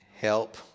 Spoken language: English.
help